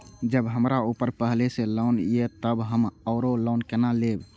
जब हमरा ऊपर पहले से लोन ये तब हम आरो लोन केना लैब?